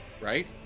right